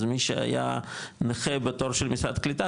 אז מי שהיה נכה בתור של משרד קליטה,